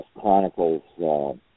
chronicles